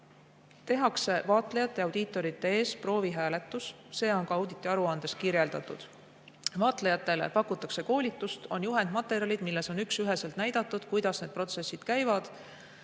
vaatlejate ja audiitorite ees. See on auditiaruandes kirjeldatud. Vaatlejatele pakutakse koolitust, on juhendmaterjalid, milles on üks-üheselt näidatud, kuidas need protsessid käivad.